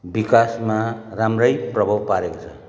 विकासमा राम्रै प्रभाव पारेको छ